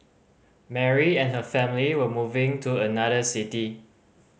Mary and her family were moving to another city